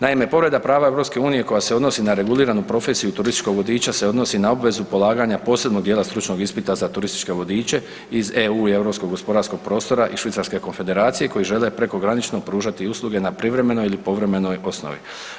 Naime, povreda prava EU koja se odnosi na reguliranu profesiju turističkog vodiča se odnosi na obvezu polaganja posebnog dijela stručnog ispita za turističke vodiče iz EU i Europskog gospodarskog prostora i Švicarske Konfederacije koji žele prekogranično pružati usluge na privremenoj ili povremenoj osnovi.